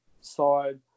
side